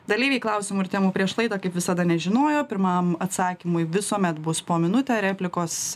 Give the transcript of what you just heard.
dalyviai klausimų ir temų prieš laidą kaip visada nežinojo pirmam atsakymui visuomet bus po minutę replikos